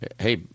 Hey